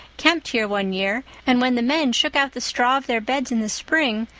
camped here one year, and, when the men shook out the straw of their beds in the spring,